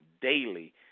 daily